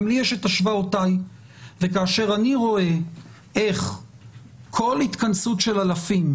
גם לי יש את השוואותיי וכאשר אני רואה איך כל התכנסות של אלפים,